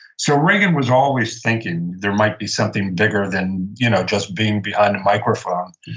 so, reagan was always thinking there might be something bigger than you know just being behind a microphone.